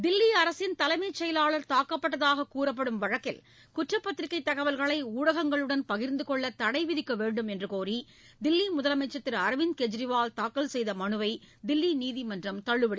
தில்லி அரசின் தலைமை செயலாளா் தாக்கப்பட்டதாக கூறப்படும் வழக்கில் குற்றப்பத்திரிகை தகவல்களை ஊடகங்களுடன் பகிா்ந்து கொள்ள தடைவிதிக்க வேண்டும் என்று கோரி தில்லி முதலமைச்சா் திரு அரவிந்த் கெஜ்ரிவால் தாக்கல் செய்த மனுவை தில்வி நீதிமன்றம் தள்ளுபடி செய்துவிட்டது